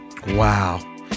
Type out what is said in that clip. Wow